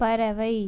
பறவை